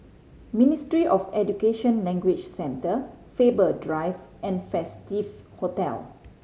Ministry of Education Language Centre Faber Drive and Festive Hotel